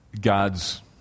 God's